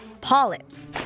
polyps